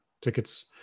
tickets